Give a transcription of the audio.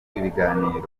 ibiganiro